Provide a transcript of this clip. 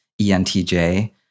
ENTJ